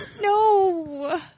No